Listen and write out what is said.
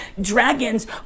dragons